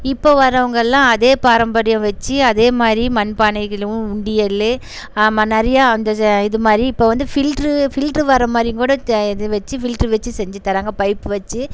இப்போ வரவங்கெல்லாம் அதே பாரம்பரியம் வச்சு அதேமாதிரி மண்பானைகளும் உண்டியல் ஆமாம் நிறையா அந்த ச இதுமாதிரி இப்போ வந்து ஃபில்ட்ரு ஃபில்ட்ரு வரமாதிரி கூட த இது வச்சு ஃபில்ட்ரு வச்சு செஞ்சுத் தராங்கள் பைப் வச்சு